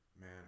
Man